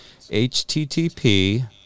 HTTP